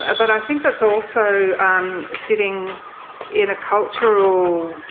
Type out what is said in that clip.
ah but i think that's also um sitting in a cultural